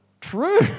true